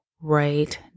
right